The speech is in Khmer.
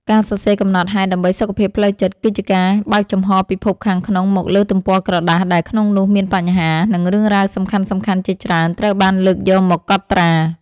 ការសរសេរកំណត់ហេតុដើម្បីសុខភាពផ្លូវចិត្ត គឺជាការបើកចំហរពិភពខាងក្នុងមកលើទំព័រក្រដាស ដែលក្នុងនោះមានបញ្ហា និងរឿងរ៉ាវសំខាន់ៗជាច្រើនត្រូវបានលើកយកមកកត់ត្រា។